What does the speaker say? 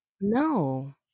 No